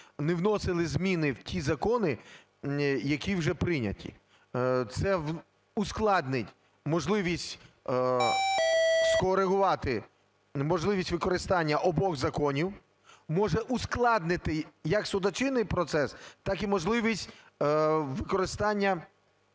не вносили зміни в ті закони, які вже прийняті. Це ускладнить можливість скорегувати можливість використання обох законів, може ускладнити як судочинний процес, так і можливість використання